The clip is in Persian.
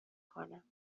کنم